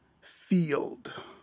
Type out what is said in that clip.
field